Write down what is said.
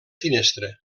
finestra